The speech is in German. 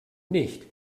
nicht